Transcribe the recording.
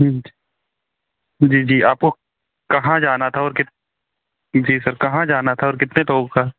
ठीक जी जी आपको कहाँ जाना था और कित जी सर कहाँ जाना था और कितने लोगों का